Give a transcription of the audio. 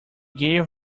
gave